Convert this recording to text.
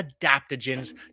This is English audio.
adaptogens